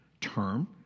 term